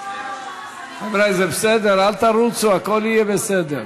חברי, זה בסדר, אל תרוצו, הכול יהיה בסדר.